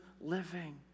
living